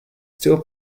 still